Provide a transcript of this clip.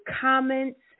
comments